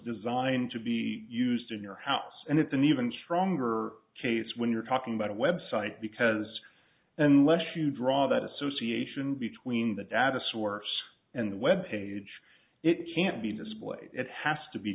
designed to be used in your house and it's an even stronger case when you're talking about a website because unless you draw that association between the data source and the web page it can't be this way it has